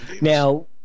Now